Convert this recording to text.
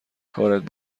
کارت